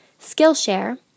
Skillshare